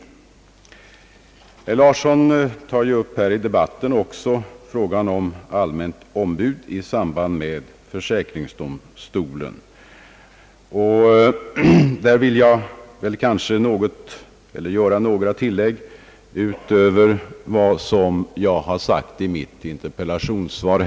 Herr Larsson tar i denna debatt också upp frågan om allmänt ombud i samband med mål i försäkringsdomstolen, och jag vill på denna punkt göra några tillägg utöver vad jag anfört i mitt interpellationssvar.